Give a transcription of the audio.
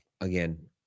again